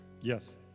Yes